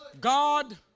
God